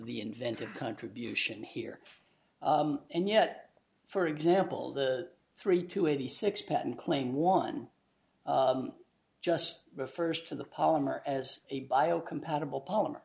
the inventive contribution here and yet for example the three to eighty six patent claim one just refers to the polymer as a biocompatible polymer